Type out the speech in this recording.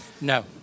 No